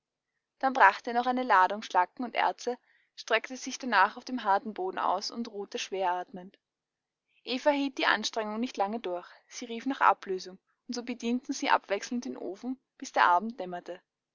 dann brachte er noch eine ladung schlacken und erze streckte sich danach auf dem harten boden aus und ruhte schweratmend eva hielt die anstrengung nicht lange durch sie rief nach ablösung und so bedienten sie abwechselnd den ofen bis der abend dämmerte